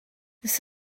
this